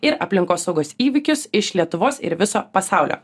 ir aplinkosaugos įvykius iš lietuvos ir viso pasaulio